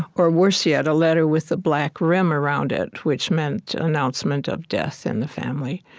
or worse yet, a letter with a black rim around it, which meant announcement of death in the family.